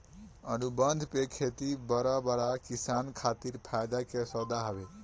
अनुबंध पे खेती बड़ बड़ किसान खातिर फायदा के सौदा हवे